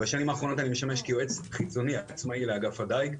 ובשנים האחרונות אני משמש כיועץ חיצוני עצמאי לאגף הדיג.